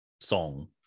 song